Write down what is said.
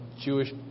Jewish